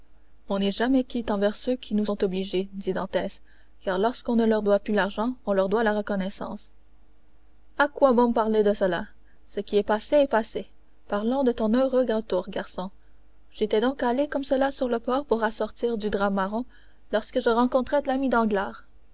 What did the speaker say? on n'est jamais quitte envers ceux qui nous ont obligés dit dantès car lorsqu'on ne leur doit plus l'argent on leur doit la reconnaissance à quoi bon parler de cela ce qui est passé est passé parlons de ton heureux retour garçon j'étais donc allé comme cela sur le port pour rassortir du drap marron lorsque je rencontrai l'ami